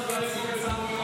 זכויות, איפה?